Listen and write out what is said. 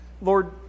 Lord